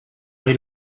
way